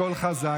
קול חזק,